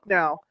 now